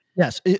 Yes